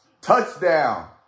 Touchdown